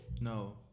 no